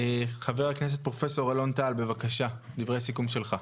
חבר הכנסת, פרופ' אלון טל, בבקשה דברי סיכום שלך.